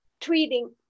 treating